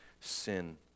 sin